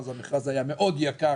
המכרז היה מאוד יקר,